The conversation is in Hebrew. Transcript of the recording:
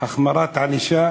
החמרת ענישה